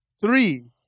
Three